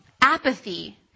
Apathy